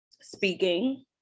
Speaking